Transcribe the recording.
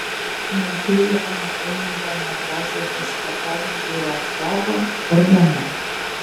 matei ją nuo eimunto nekrošiaus užsakovų biuro stogo ir gana